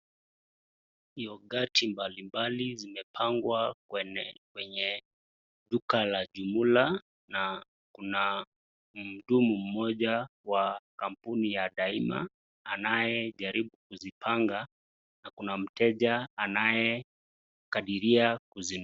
Yogati mbalimbali zimepangwa kwenye duka la jumla, na kuna mhudumu mmoja wa kampuni ya daima anayejaribu kuzipanga na kuna mteja anayekadiria kuzi...